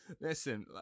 Listen